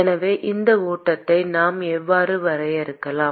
எனவே இந்த ஓட்டத்தை நாம் எவ்வாறு வரையறுக்கலாம்